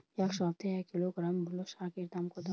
এ সপ্তাহে এক কিলোগ্রাম মুলো শাকের দাম কত?